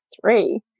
three